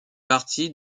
partie